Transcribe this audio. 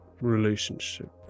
relationship